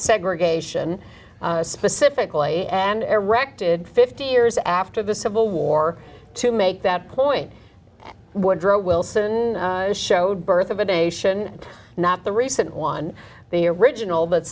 segregation specifically and erected fifty years after the civil war to make that point woodrow wilson showed birth of a nation not the recent one the original but